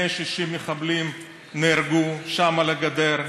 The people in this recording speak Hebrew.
160 מחבלים נהרגו שם על הגדר,